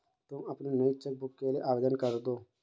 तुम अपनी नई चेक बुक के लिए आवेदन करदो